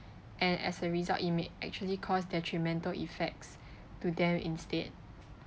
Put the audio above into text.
and as a result it may actually cost detrimental effects to them instead